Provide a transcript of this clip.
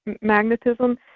magnetism